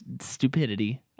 stupidity